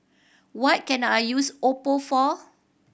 what can I use Oppo for